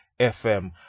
FM